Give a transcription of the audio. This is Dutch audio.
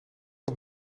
wat